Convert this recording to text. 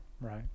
right